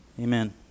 Amen